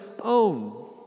own